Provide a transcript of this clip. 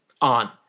on